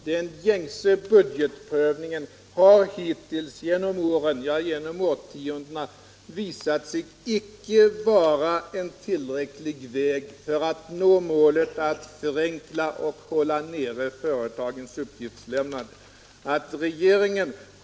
Herr talman! Den gängse budgetprövningen har hittills genom åren, ja, genom årtiondena, visat sig vara en icke tillräcklig väg för att nå målet att förenkla och hålla nere företagens uppgiftslämnande.